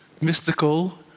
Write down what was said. mystical